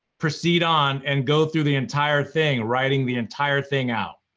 proceed on, and go through the entire thing, writing the entire thing out.